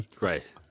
Right